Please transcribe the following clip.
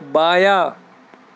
بایاں